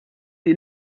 die